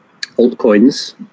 altcoins